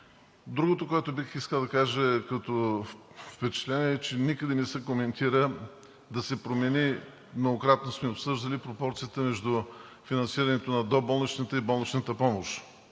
Другото, което бих искал да кажа като впечатление, е, че никъде не се коментира да се промени, многократно сме обсъждали, пропорцията между финансирането на доболничната и болничната помощ,